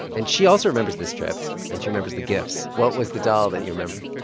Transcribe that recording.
and she also remembers this trip. and she remembers the gifts what was the doll that you remember?